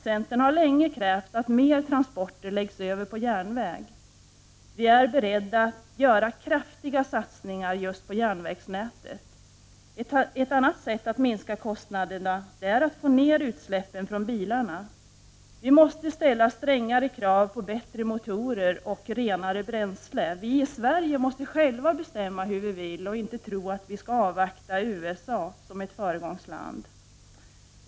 Centern har länge krävt att mer transporter läggs över på järnväg. Vi är beredda att göra kraftiga satsningar på järnvägsnätet. Ett annat sätt att minska kostnaderna är att få ner utsläppen från bilarna. Vi måste ställa strängare krav på bättre motorer och renare bränsle. Vi i Sverige måste själva bestämma hur vi vill ha det och inte tro att vi måste avvakta USA som ett föregångsland.